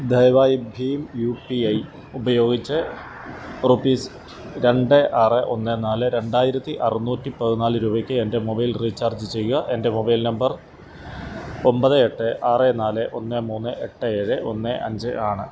ദയവായി ഭീം U P I ഉപയോഗിച്ച് റുപ്പീസ് രണ്ട് ആറ് ഒന്ന് നാല് രണ്ടായിരത്തി അറുന്നൂറ്റി പതിനാല് രൂപയ്ക്ക് എൻ്റെ മൊബൈൽ റീചാർജ് ചെയ്യുക എൻ്റെ മൊബൈൽ നമ്പർ ഒൻപത് എട്ട് ആറ് നാല് ഒന്ന് മൂന്ന് എട്ട് ഏഴ് ഒന്ന് അഞ്ച് ആണ്